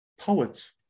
poets